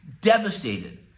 devastated